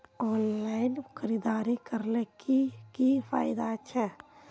Online खरीदारी करले की की फायदा छे?